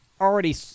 already